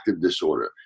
disorder